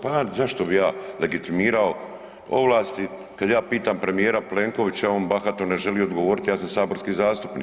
Pa zašto bi ja legitimirao ovlasti, kad ja pitam premijera Plekovića, on bahato ne želi odgovoriti, ja sam saborski zastupnik.